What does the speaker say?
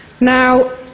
Now